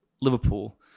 Liverpool